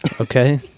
okay